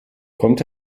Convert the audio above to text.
kommt